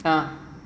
ya